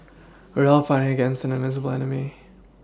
we are fighting against an invisible enemy